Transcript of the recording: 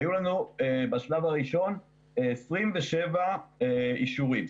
היו לנו בשלב הראשון 27 אישורים.